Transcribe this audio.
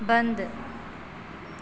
بند